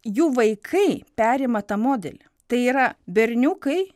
jų vaikai perima tą modelį tai yra berniukai